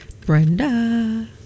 Brenda